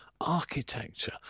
architecture